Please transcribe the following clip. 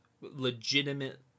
legitimate